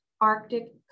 Arctic